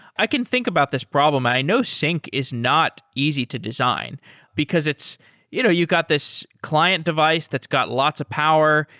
i can think about this problem, and i know sync is not easy to design because it's you know you got this client device that's got lots of power.